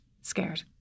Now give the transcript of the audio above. scared